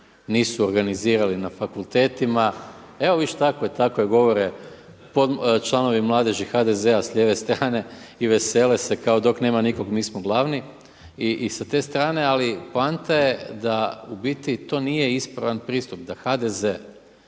nisu organizirali na fakultetima. Evo vidiš tako je, tako govore članovi mladeži HDZ-a s lijeve strane i vesele se kao dok nema nikoga mi smo glavni i s te strane ali poanta je da u biti to nije ispravan pristup da HDZ-e